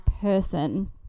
person